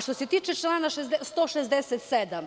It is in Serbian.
Što se tiče člana 167. stav